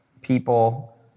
People